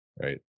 right